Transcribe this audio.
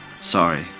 Sorry